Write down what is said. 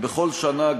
כבכל שנה,